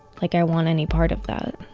like i want any part of that